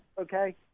okay